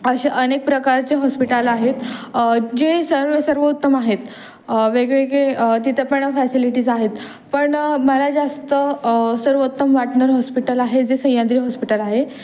असे अनेक प्रकारचे हॉस्पिटल आहेत जे सर्व सर्वोत्तम आहेत वेगवेगळे तिथं पण फॅसिलिटीज आहेत पण मला जास्त सर्वोत्तम वाटणारं हॉस्पिटल आहे जे सह्याद्री हॉस्पिटल आहे